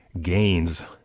gains